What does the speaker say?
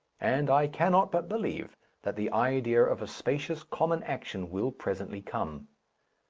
and i cannot but believe that the idea of a spacious common action will presently come.